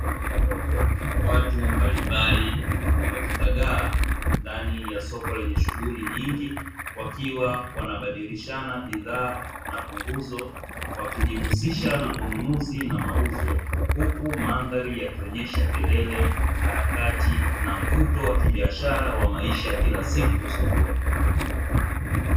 Watu mbalimbali wakizagaa ndani ya soko lenye shughuli nyingi, wakibadilishana bidhaa na punguzo wakijihusisha na ununuzi na mauzo, huku mandhari yakionyesha kelele z harakati na mvuto wa biashara wa maisha ya kila siku sokoni.